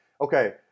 okay